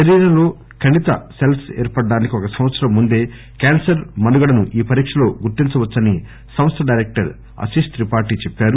శరీరంలో కణీతి సెల్స్ ఏర్పడ్డానికి ఒక సంవత్సరం ముందే క్యాన్సర్ మనుగడను ఈ పరీక్ష లో గుర్తించవచ్చని సంస్ద డైరెక్టర్ ఆశీష్ త్రిపాఠీ చెప్పారు